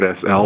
SL